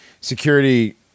security